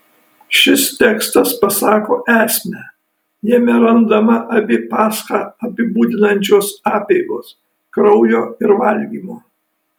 šis tekstas pasako esmę jame randama abi paschą apibūdinančios apeigos kraujo ir valgymo